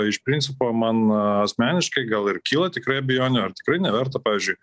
iš principo man asmeniškai gal ir kyla tikrai abejonių ar tikrai neverta pavyzdžiui